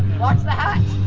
what's the hat